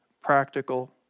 practical